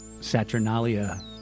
Saturnalia